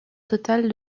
totale